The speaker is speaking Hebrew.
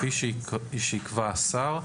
כפי שייקבע השר.